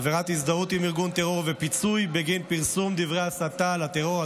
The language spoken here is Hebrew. עבירת הזדהות עם ארגון טרור ופיצוי בגין פרסום דברי הסתה לטרור,